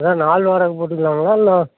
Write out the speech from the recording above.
அதுதான் நாள் வாடகை போட்டுக்கலாங்களா இல்லை